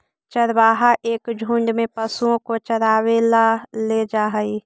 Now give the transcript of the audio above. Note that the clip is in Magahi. चरवाहा एक झुंड में पशुओं को चरावे ला ले जा हई